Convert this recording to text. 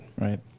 Right